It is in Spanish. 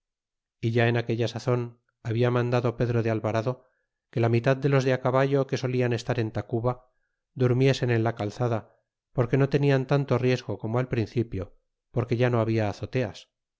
é ya en aquella sazon habla mandado pedro de alvarado que la mitad de los de caballo que solian estar en tacuba durmiesen en la calzada porque no tenian tanto riesgo como al principio porque ya no habla azoteas